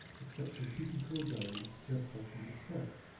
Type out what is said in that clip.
except repeating code values just like you'd expect,